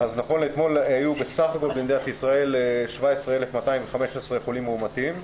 נכון לאתמול היו בסך הכול במדינת ישראל 17,216 חולים מאומתים.